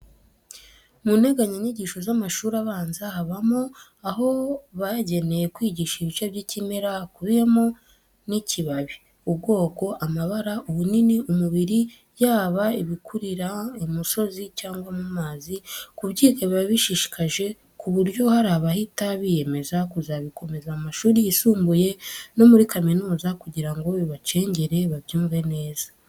Mu nteganyanyigisho z'amashuri abanza, habamo aho bageneye kwigisha ibice by'ikimera hakubiyemo n'ikibabi, ubwoko, amabara, ubunini, umubiri, yaba ibikurira imusozi cyangwa mu mazi, kubyiga biba bishishikaje ku buryo hari abahita biyemeza kuzabikomeza mu mashuri yisumbuye no muri kaminuza kugira ngo babicengere babyumve neza.